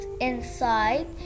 inside